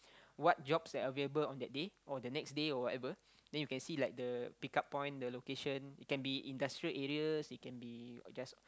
what jobs are available on that day or the next day or whatever then you can see like the pickup point the location it can be industrial areas it can be just